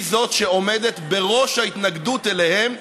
היא שעומדת בראש ההתנגדות אליהם,